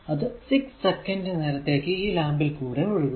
അത് 6 സെക്കന്റ് നേരത്തേക്ക് ഈ ലാമ്പ് ൽ കൂടെ ഒഴുകുന്നു